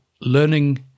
learning